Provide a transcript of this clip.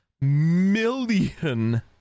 million